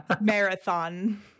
marathon